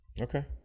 Okay